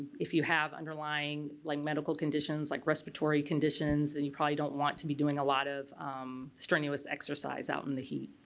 if you have underlying like medical conditions like respiratory conditions then you probably don't want to be doing a lot of strenuous exercise out in the heat.